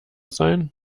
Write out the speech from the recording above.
sein